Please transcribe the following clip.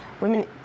women